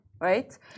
right